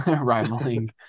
rivaling